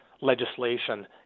legislation